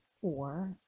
four